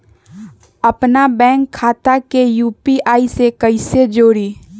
अपना बैंक खाता के यू.पी.आई से कईसे जोड़ी?